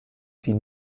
sie